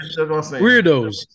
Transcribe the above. weirdos